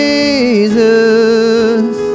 Jesus